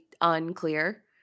unclear